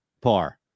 par